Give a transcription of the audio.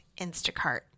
Instacart